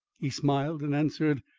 he smiled and answered,